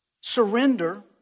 surrender